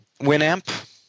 Winamp